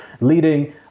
leading